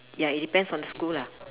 ya it depends on the school lah